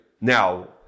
Now